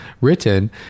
written